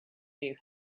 you